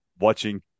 watching